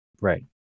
Right